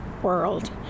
world